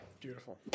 beautiful